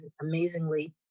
amazingly